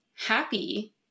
Happy